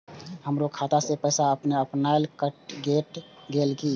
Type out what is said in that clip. हमरो खाता से पैसा अपने अपनायल केट गेल किया?